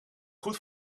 goed